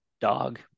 dog